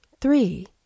three